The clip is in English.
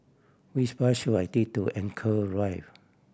which bus should I take to Rive